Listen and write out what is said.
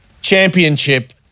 championship